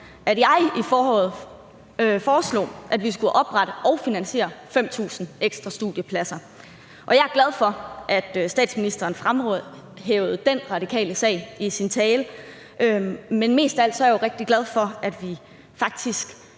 at jeg i foråret foreslog, at vi skulle oprette og finansiere 5.000 ekstra studiepladser. Jeg er glad for, at statsministeren fremhævede den radikale sag i sin tale, men mest af alt er jeg jo rigtig glad for, at vi faktisk